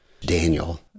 Daniel